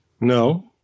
no